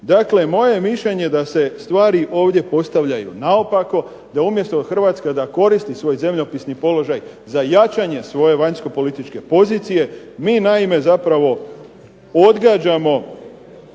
Dakle, moje je mišljenje da se ovdje stvari postavljaju naopako, da umjesto da Hrvatska koristi svoj zemljopisni položaj za jačanje svoje vanjsko-političke pozicije, mi naime zapravo odgađamo